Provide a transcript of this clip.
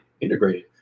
integrated